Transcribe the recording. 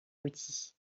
outils